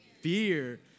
fear